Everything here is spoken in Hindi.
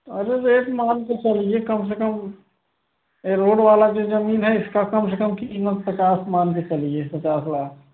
अरे रेट मान कर चलिए कम से कम यह रोड वालइ जो ज़मीन है इसका कम से कम क़ीमत पचास मान के चलिए पचास लाख